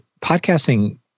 podcasting